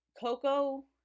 Coco